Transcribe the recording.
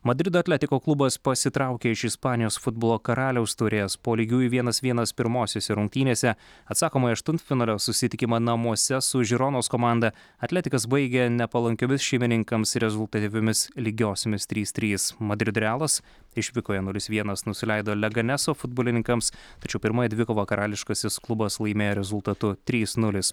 madrido atletico klubas pasitraukė iš ispanijos futbolo karaliaus taurės po lygiųjų vienas vienas pirmosiose rungtynėse atsakomąjį aštuntfinalio susitikimą namuose su žironos komanda atletikas baigė nepalankiomis šeimininkams rezultatyviomis lygiosiomis trys trys madrido realas išvykoje nulis vienas nusileido leganeso futbolininkams tačiau pirmąją dvikovą karališkasis klubas laimėjo rezultatu trys nulis